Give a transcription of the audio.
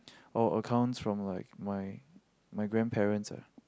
oh accounts from like my my grandparents ah